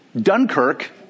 Dunkirk